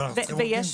ואנחנו צריכים עובדים.